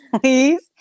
please